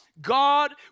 God